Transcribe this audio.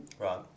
Right